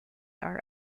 are